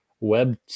Web